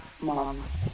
Moms